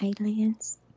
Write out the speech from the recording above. aliens